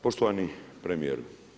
Poštovani premijeru.